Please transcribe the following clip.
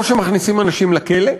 או שמכניסים אנשים לכלא,